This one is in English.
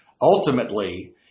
Ultimately